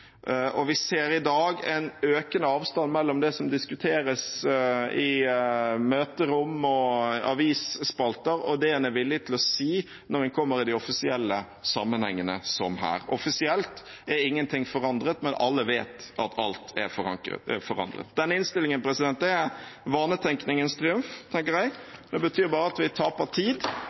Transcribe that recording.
og vi ser i dag en økende avstand mellom det som diskuteres i møterom og avisspalter, og det en er villig til å si når en kommer i de offisielle sammenhengene, som her. Offisielt er ingenting forandret, men alle vet at alt er forandret. Denne innstillingen er vanetenkningens triumf, tenker jeg. Det betyr bare at vi taper tid,